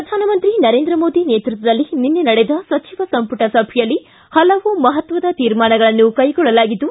ಪ್ರಧಾನಮಂತ್ರಿ ನರೇಂದ್ರ ಮೋದಿ ನೇತೃತ್ವದಲ್ಲಿ ನಿನ್ನೆ ನಡೆದ ಸಚಿವ ಸಂಪುಟ ಸಭೆಯಲ್ಲಿ ಹಲವು ಮಹತ್ವದ ತೀರ್ಮಾನಗಳನ್ನು ಕೈಗೊಳ್ಳಲಾಗಿದ್ದು